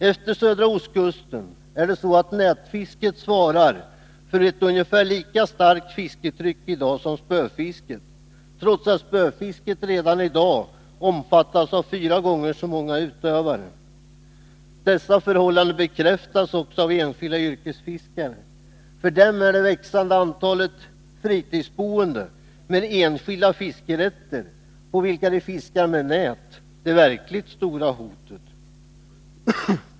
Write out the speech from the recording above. Efter södra ostkusten svarar i dag nätfisket för ett ungefär lika starkt fisketryck som spöfisket, trots att spöfisket redan omfattas av fyra gånger så många utövare. Dessa förhållanden bekräftas också av enskilda yrkesfiskare. För dem är det växande antalet fritidsboende med enskilda fiskerätter, på vilka de fiskar med nät, det verkligt stora hotet.